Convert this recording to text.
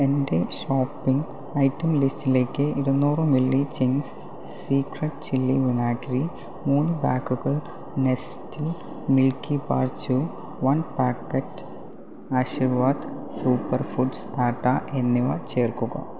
എന്റെ shopping item ലിസ്റ്റിലേക്ക് ഇരുന്നൂറ് മില്ലി ചിംഗ്സ് സീക്രെട്ട് ചില്ലി വിനാഗിരി മൂന്ന് ബാഗുകൾ Nestle Milkybar Choo one packet Aashirvaad super foods atta എന്നിവ ചേർക്കുക